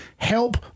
help